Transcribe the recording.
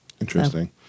Interesting